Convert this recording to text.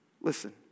Listen